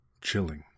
Chilling